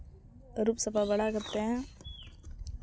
ᱟᱹᱨᱩᱵ ᱥᱟᱯᱷᱟ ᱵᱟᱲᱟ ᱠᱟᱛᱮᱫ